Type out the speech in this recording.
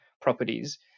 properties